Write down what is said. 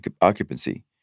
occupancy